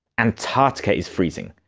antarctica is freezing.